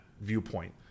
viewpoint